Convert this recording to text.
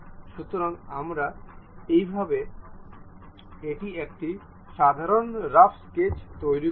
সুতরাং আমরা এভাবে এটি একটি সাধারণ রাফ স্কেচ তৈরি করব